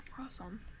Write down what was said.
awesome